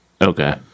Okay